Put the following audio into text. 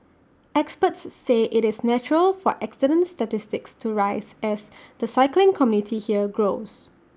experts say IT is natural for accident statistics to rise as the cycling community here grows